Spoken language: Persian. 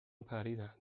پریدن